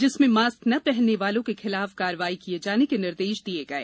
जिसमें मास्क ने पहनने वालों के खिलाफ कार्यवाही किये जाने के निर्देश दिये गये